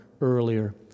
earlier